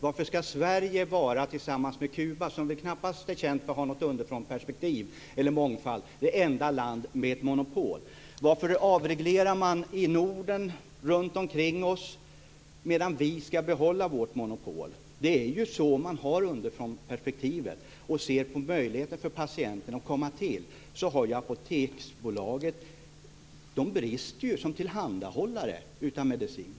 Varför ska Sverige tillsammans med Kuba, som väl knappast är känt för att ha underifrånperspektiv eller mångfald, vara det enda landet med monopol? Varför avreglerar man i Norden, runtomkring oss, medan vi ska behålla vårt monopol? Det är ju så man har underifrånperspektivet; man ser till möjligheten för patienten att komma till. Då brister Apoteksbolaget som tillhandahållare av medicin.